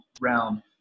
realm